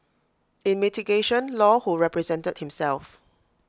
in mitigation law who represented himself